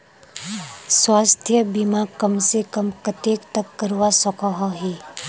स्वास्थ्य बीमा कम से कम कतेक तक करवा सकोहो ही?